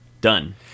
done